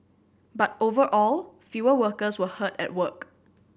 but overall fewer workers were hurt at work